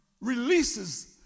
releases